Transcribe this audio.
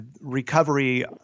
recovery